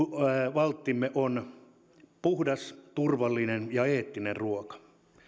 valttimme on puhdas turvallinen ja eettinen ruoka